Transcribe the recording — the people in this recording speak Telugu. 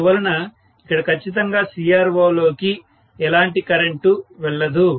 అందువలన ఇక్కడ ఖచ్చితంగా CRO లోకి ఎలాంటి కరెంటు వెళ్ళదు